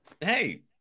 hey